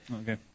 Okay